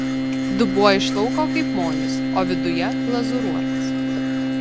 dubuo iš lauko kaip molis o viduje glazūruotas